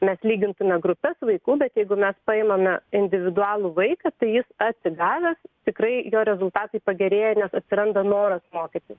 mes lygintume grupes vaikų bet jeigu mes paimame individualų vaiką tai jis atsigavęs tikrai jo rezultatai pagerėja nes atsiranda noras mokytis